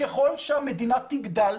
ככל שהמדינה תגדל,